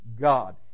God